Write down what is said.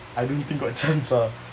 I don't think got chance ah